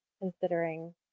considering